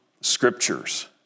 scriptures